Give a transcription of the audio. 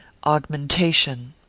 augmentation.